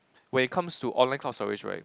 when it comes to online cloud storage right